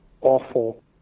awful